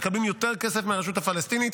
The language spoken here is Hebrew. הם מקבלים יותר כסף מהרשות הפלסטינית.